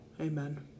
Amen